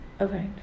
Okay